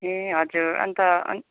ए हजुर अन्त अनि